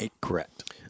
Correct